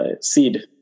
seed